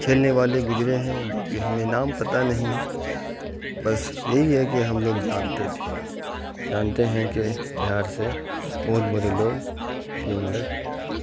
کھیلنے والے گزرے ہیں جوکہ ہمیں نام پتہ نہیں بس یہی ہے کہ ہم لوگ جانتے تھے جانتے ہیں کہ بہار سے بہت بڑے لوگ گیم لے